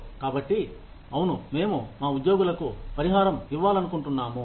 కాబట్టి అవును మేము మా ఉద్యోగులకు పరిహారం ఇవ్వాలనుకుంటున్నాము